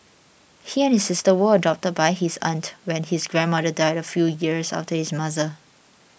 he and his sister were adopted by his aunt when his grandmother died a few years after his mother